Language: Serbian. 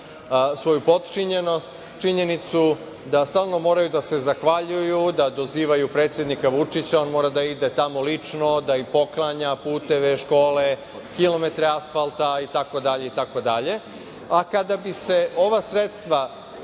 svoju potčinjenost, činjenicu da stalno moraju da se zahvaljuju, da dozivaju predsednika Vučića. On mora da ide tamo lično, da im poklanja puteve, škole, kilometre asfalta itd. Kada bi se ova sredstva